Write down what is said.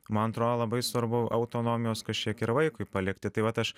man atro labai svarbu autonomijos kažkiek ir vaikui palikti tai vat aš